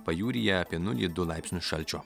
pajūryje apie nulį du laipsnius šalčio